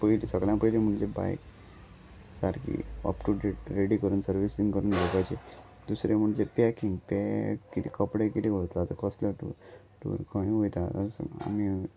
पयलीं सगल्या पयलीं म्हणजे बायक सारकी अप टू डेट रेडी करून सर्विसींग करून घेवपाचें दुसरें म्हणजे पॅकींग पॅक कितें कपडे कितेें वतलो कसलो ट टूर खंय वयता आमी